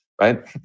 right